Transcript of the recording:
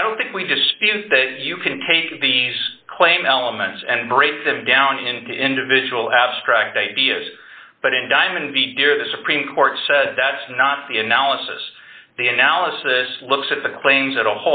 i don't think we dispute that you can take these claim elements and break them down into individual abstract ideas but in diamond the deer the supreme court said that's not the analysis the analysis looks at the claims that a